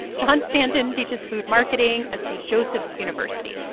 john stanton teaches food marketing at saint joseph's university.